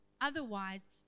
Otherwise